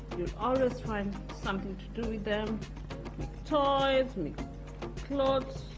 always find something to do with them. make toys, make clothes